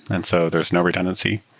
and so there's no redundancy.